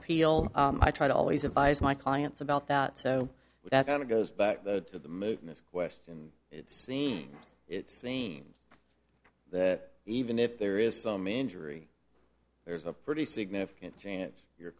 appeal i try to always advise my clients about that so that kind of goes back to the movement's question it seems it seems that even if there is some injury there's a pretty significant chance your